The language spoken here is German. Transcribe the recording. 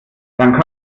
dann